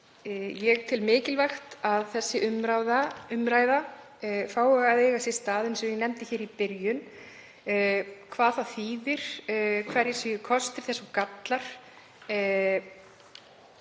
ég tel mikilvægt að þessi umræða fái að eiga sér stað, eins og ég nefndi í byrjun; hvað þetta þýðir, hverjir séu kostir þessa og gallar.